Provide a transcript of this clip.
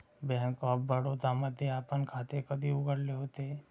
Bank of Baroda मध्ये आपण खाते कधी उघडले होते?